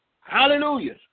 hallelujah